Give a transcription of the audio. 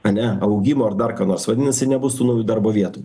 ane augimo ar dar ką nors vadinasi nebus tų naujų darbo vietų